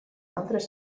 altres